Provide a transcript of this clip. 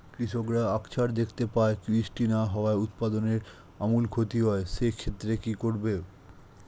কৃষকরা আকছার দেখতে পায় বৃষ্টি না হওয়ায় উৎপাদনের আমূল ক্ষতি হয়, সে ক্ষেত্রে কি করব?